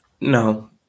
no